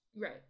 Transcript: Right